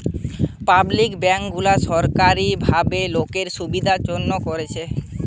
public bank গুলা সোরকারী ভাবে লোকের সুবিধার জন্যে তৈরী করতেছে